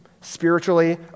spiritually